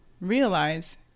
Realize